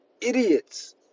Idiots